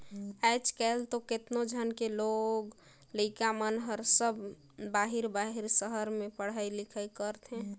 आयज कायल तो केतनो झन के लोग लइका मन हर सब बाहिर बाहिर सहर में पढ़ई लिखई करथे